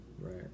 Right